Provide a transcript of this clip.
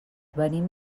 venim